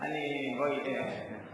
אתה יודע.